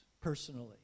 personally